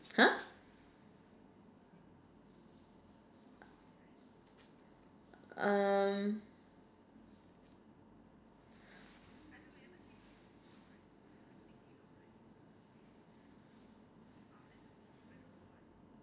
!huh! um